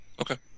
Okay